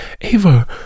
Ava